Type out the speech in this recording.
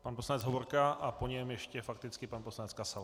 Pan poslanec Hovorka a po něm ještě fakticky pan poslanec Kasal.